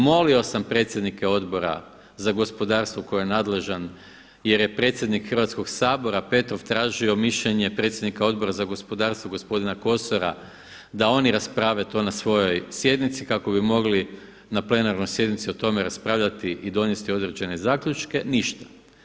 Molio sam predsjednike Odbora za gospodarstvo koji je nadležan jer je predsjednik Hrvatskoga sabora Petrov tražio mišljenje predsjednika Odbora za gospodarstvo gospodina Kosora da oni rasprave to na svojoj sjednici kako bi mogli na plenarnoj sjednici o tome raspravljati i donijeti određene zaključke ništa.